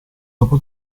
dopo